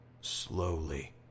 slowly